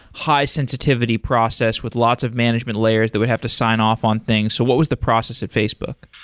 high-sensitivity process with lots of management layers that would have to sign off on things, so what was the process of facebook?